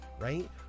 right